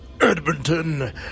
Edmonton